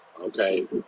Okay